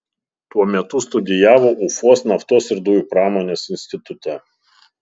tuo metu studijavo ufos naftos ir dujų pramonės institute